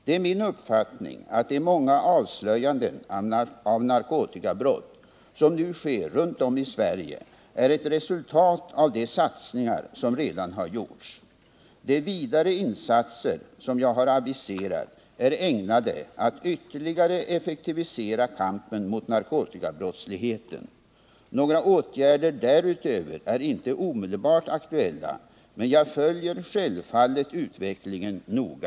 Det är min uppfattning att de många avslöjanden av narkotikabrott som nu sker runt om i Sverige är ett resultat av de satsningar som redan har gjorts. De vidare insatser som jag har aviserat är ägnade att ytterligare effektivisera kampen mot narkotikabrottsligheten. Några åtgärder därutöver är inte omedelbart aktuella, men jag följer självfallet utvecklingen noga.